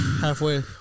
halfway